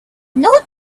not